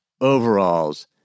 overalls